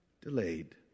delayed